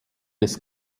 des